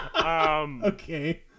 Okay